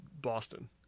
Boston